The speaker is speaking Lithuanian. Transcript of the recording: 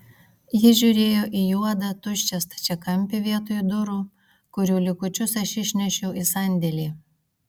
ji žiūrėjo į juodą tuščią stačiakampį vietoj durų kurių likučius aš išnešiau į sandėlį